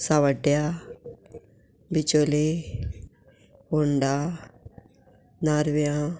सांवड्ड्या बिचोले होंडा नार्व्यां